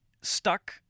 stuck